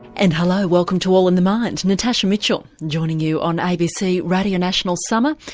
and hello welcome to all in the mind natasha mitchell joining you on abc radio national summer,